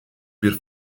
bir